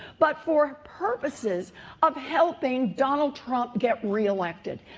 but for purposes of helping donald trump get reelected.